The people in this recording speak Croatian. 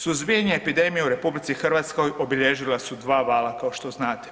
Suzbijanje epidemije u RH obilježila su dva vala kao što znate.